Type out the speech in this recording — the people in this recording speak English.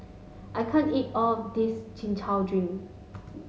I can't eat all of this Chin Chow drink